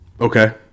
Okay